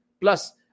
Plus